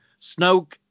Snoke